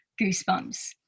goosebumps